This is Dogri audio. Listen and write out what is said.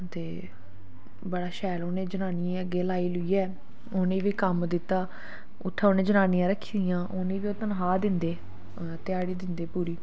ते बड़ा शैल उ'नें जनानियें गी अग्गें लाई लूइयै उ'नें गी बी कम्म दित्ता उत्थै उ'नें जनानियां रक्खी दियां उ'नें गी बी ओह् तन्खाह् दिंदे ध्याड़ी दिंदे पूरी